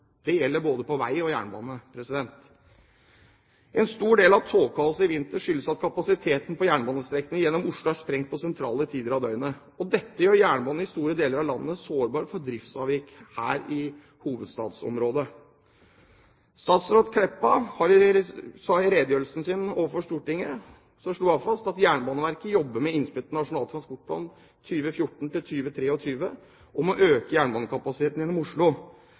Det gjelder både vei og jernbane. En stor del av togkaoset i vinter skyldes at kapasiteten på jernbanestrekningen gjennom Oslo er sprengt på sentrale tider av døgnet. Dette gjør jernbanen i store deler av landet sårbar for driftsavvik her i hovedstadsområdet. Statsråd Meltveit Kleppa slo fast i sin redegjørelse til Stortinget at Jernbaneverket jobber med innspill til Nasjonal transportplan 2014–2023 for å øke jernbanekapasiteten gjennom Oslo.